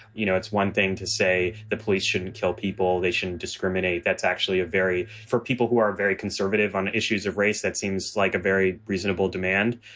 you know, it's one thing to say the police shouldn't kill people. they shouldn't discriminate. that's actually a very. for people who are very conservative on issues of race. that seems like a very reasonable demand.